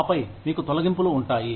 ఆపై మీకు తొలగింపులు ఉంటాయి